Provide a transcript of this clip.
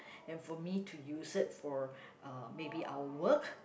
and for me to use it for uh maybe our work